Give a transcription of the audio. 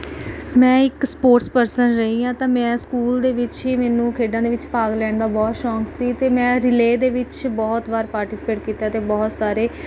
ਮੈਂ ਇੱਕ ਸਪੋਰਟਸਪਰਸਨ ਰਹੀ ਹਾਂ ਤਾਂ ਮੈਂ ਸਕੂਲ ਦੇ ਵਿੱਚ ਹੀ ਮੈਨੂੰ ਖੇਡਾਂ ਦੇ ਵਿੱਚ ਭਾਗ ਲੈਣ ਦਾ ਬਹੁਤ ਸ਼ੌਕ ਸੀ ਅਤੇ ਮੈਂ ਰਿਲੇਅ ਦੇ ਵਿੱਚ ਬਹੁਤ ਵਾਰ ਪਾਰਟੀਸਪੇਟ ਕੀਤਾ ਅਤੇ ਬਹੁਤ ਸਾਰੇ